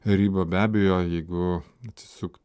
ribą be abejo jeigu atsisukt